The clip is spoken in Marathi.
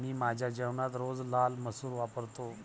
मी माझ्या जेवणात रोज लाल मसूर वापरतो